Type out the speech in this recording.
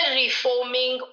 reforming